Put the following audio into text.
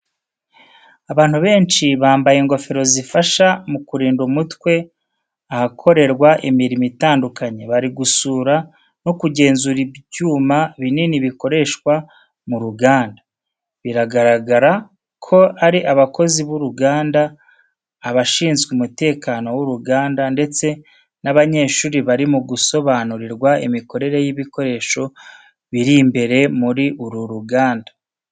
Abantu benshi bambaye ingofero zifasha mu kurinda umutwe ahakorerwa imirimo itandukanye, bari gusura no kugenzura ibyuma binini bikoreshwa mu ruganda. Biragaragara ko ari abakozi b’uruganda, abashinzwe umutekano w’uruganda, ndetse n'abanyeshuri bari gusobanurirwa imikorere y’ibikoresho biri imbere muri uru ruganda.